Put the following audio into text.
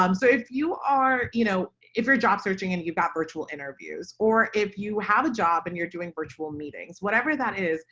um so if you are you know if your job searching and you've got virtual interviews or if you have a job and you're doing virtual meetings, whatever that is